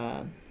uh